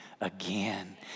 again